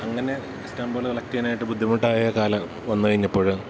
അങ്ങനെ സ്റ്റാമ്പുകള് കളക്റ്റെയ്യാനായിട്ടു ബുദ്ധിമുട്ടായ കാലം വന്നുകഴിഞ്ഞപ്പോള്